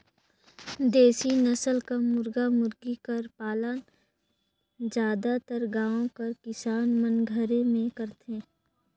देसी नसल कर मुरगा मुरगी कर पालन जादातर गाँव कर किसान मन घरे में करथे